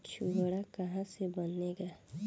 छुआरा का से बनेगा?